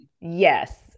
Yes